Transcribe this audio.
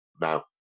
Now